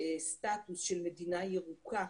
סטטוס של "מדינה ירוקה",